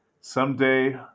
someday